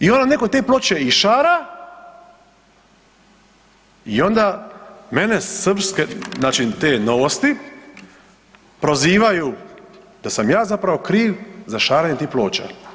I onda netko te ploče išara i onda mene srpske znači te Novosti prozivaju da sam ja zapravo kriv za šaranje tih ploča.